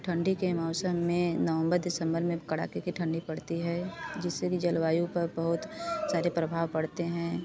ठंडी के मौसम में नवंबर दिसंबर में कड़ाके की ठंडी पड़ती है जिसे भी जलवायु पर बहुत सारे प्रभाव पड़ते हैं